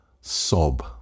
sob